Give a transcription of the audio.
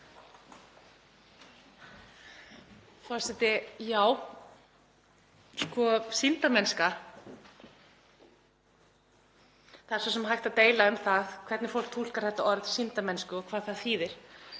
Það er svo sem hægt að deila um hvernig fólk túlkar þetta orð, sýndarmennska, og hvað það þýðir.